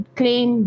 claim